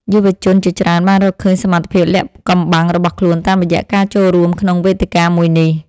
យុវជនជាច្រើនបានរកឃើញសមត្ថភាពលាក់កំបាំងរបស់ខ្លួនតាមរយៈការចូលរួមក្នុងវេទិកាមួយនេះ។